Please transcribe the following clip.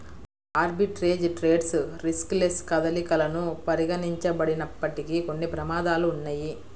arbitrage trades riskless కదలికలను పరిగణించబడినప్పటికీ, కొన్ని ప్రమాదాలు ఉన్నయ్యి